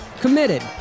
committed